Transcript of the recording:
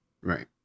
Right